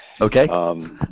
Okay